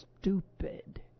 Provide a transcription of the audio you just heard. stupid